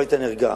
והיית נרגע.